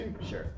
Sure